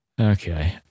okay